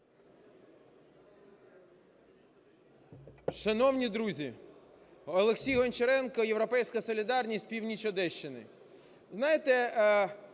Шановні друзі! Олексій Гончаренко, "Європейська солідарність", північ Одещини.